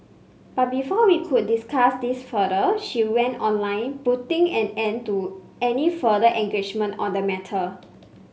but before we could discuss this further she went online putting an end to any further engagement on the matter